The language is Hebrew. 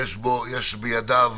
יש בידיו